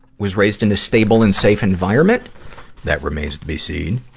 was raised in a stable and safe environment that remains to be seen.